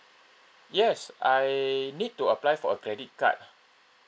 yes I need to apply for a credit card